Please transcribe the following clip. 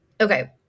Okay